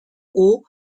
haut